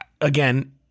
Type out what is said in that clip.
again